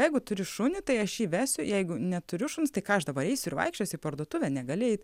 jeigu turi šunį tai aš jį vesiu jeigu neturiu šuns tai ką aš dabar eisiu ir vaikščiosiu į parduotuvę negali eit